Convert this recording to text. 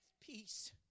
peace